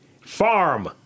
farm